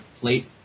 plate